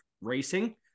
racing